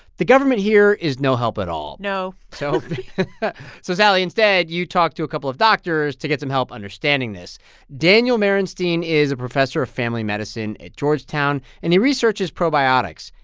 the government here is no help at all no so so sally, instead, you talked to a couple of doctors to get some help understanding this daniel merenstein is a professor of family medicine at georgetown, and he researches probiotics.